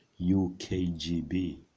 UKGB